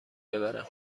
ببرم